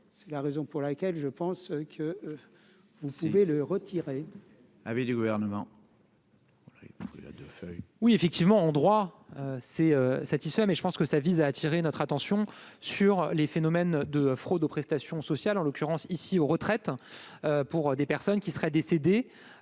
c'est la raison pour laquelle je pense que vous pouvez le retirer. Avait du gouvernement. André la de feuilles. Oui effectivement en droit, s'est satisfait, mais je pense que ça vise à attirer notre attention sur les phénomènes de fraude aux prestations sociales, en l'occurrence ici aux retraites pour des personnes qui seraient décédés